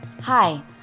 Hi